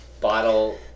bottle